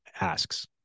asks